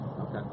Okay